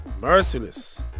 Merciless